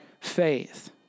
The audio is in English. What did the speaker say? faith